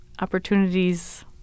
opportunities